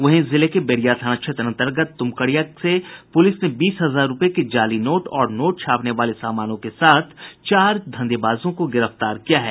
वहीं जिले के बेरिया थाना क्षेत्र अन्तर्गत तुमकड़िया से पुलिस ने बीस हजार रूपये के जाली नोट और नोट छापने वाले समानों के साथ चार धंधेबाजों को गिरफ्तार किया है